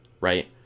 right